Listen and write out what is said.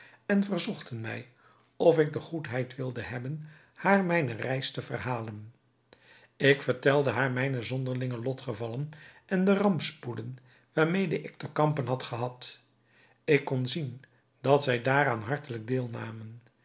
en verzochten mij of ik de goedheid wilde hebben haar mijne reis te verhalen ik vertelde haar mijne zonderlinge lotgevallen en de rampspoeden waarmede ik te kampen had gehad ik kon zien dat zij daaraan hartelijk deelnamen